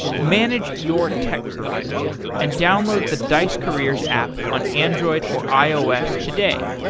manage your tech career and download the dice career s app on android or ios today.